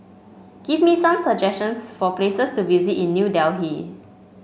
give me some suggestions for places to visit in New Delhi